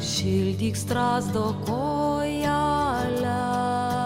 šildyk strazdo kojelę